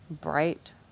bright